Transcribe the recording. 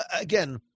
again